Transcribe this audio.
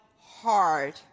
hard